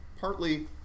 Partly